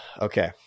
Okay